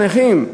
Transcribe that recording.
הנכים,